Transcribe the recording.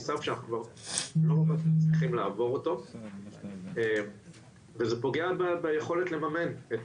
סף שאנחנו לא מצליחים לעבור אותו וזה פוגע ביכולת לממן את